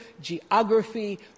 geography